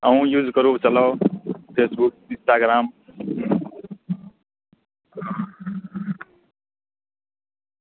अहूँ यूज करू चलाउ फेसबुक इन्स्टाग्राम